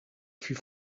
fut